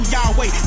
Yahweh